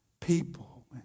people